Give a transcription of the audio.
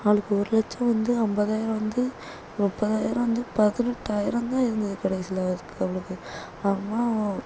அவளுக்கு ஒரு லட்சம் வந்து ஐம்பதாயிரம் வந்து முப்பதாயிரம் வந்து பதினெட்டாயிரம் தான் இருந்தது கடைசியில் அவ அவளுக்கு அம்மா